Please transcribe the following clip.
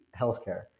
healthcare